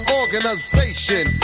organization